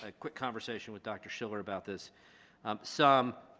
ah quick conversation with dr. schiller about this some,